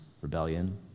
rebellion